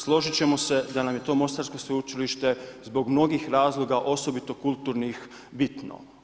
Složit ćemo se da nam je to mostarsko sveučilište zbog mnogim razloga osobito kulturnih bitno.